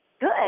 Good